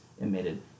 emitted